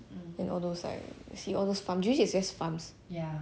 and all those like see all those farms usually it's just farms